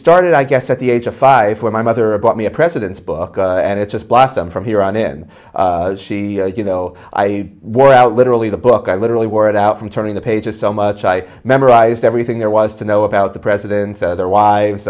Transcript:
started i guess at the age of five when my mother bought me a president's book and it just blossomed from here on in the you know i work out literally the book i literally word out from turning the pages so much i memorized everything there was to know about the presidents of their wives